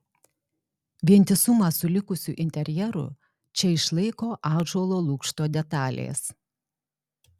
vientisumą su likusiu interjeru čia išlaiko ąžuolo lukšto detalės